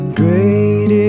great